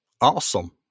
Awesome